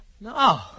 No